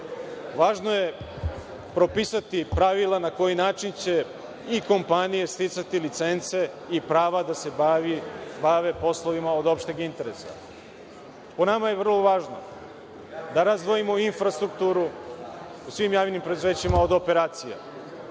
Važno je propisati pravila na koji način će i kompanije sticati licence i prava da se bave poslovima od opšteg interesa. Po nama je vrlo važno da razdvojimo infrastrukturu u svim javnim preduzećima od operacija,